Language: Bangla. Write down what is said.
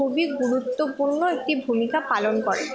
খুবই গুরুত্বপূণ্ণো একটি ভূমিকা পালন করে